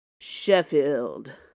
Sheffield